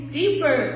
deeper